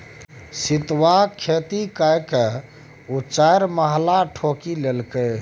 सितुआक खेती ककए ओ चारिमहला ठोकि लेलकै